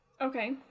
Okay